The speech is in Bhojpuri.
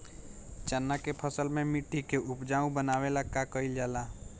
चन्ना के फसल में मिट्टी के उपजाऊ बनावे ला का कइल जाला?